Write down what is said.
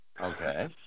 Okay